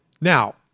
Now